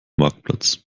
marktplatz